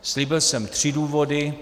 Slíbil jsem tři důvody.